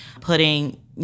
putting